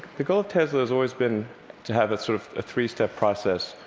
the goal of tesla has always been to have a sort of three-step process,